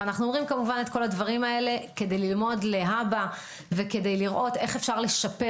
ואנו אומרים את כל הדברים האלה כדי ללמוד להבא ולראות איך אפשר לשפר